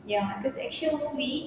ya cause action movie